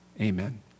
Amen